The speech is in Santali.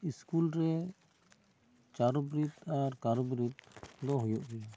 ᱥᱠᱩᱞ ᱨᱮ ᱪᱟᱨᱚ ᱜᱨᱤᱯᱷ ᱟᱨ ᱠᱟᱨᱚ ᱜᱨᱤᱯᱷ ᱫᱚ ᱦᱩᱭᱩᱜ